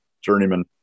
journeyman